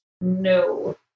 No